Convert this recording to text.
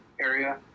area